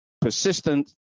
persistent